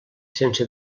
sense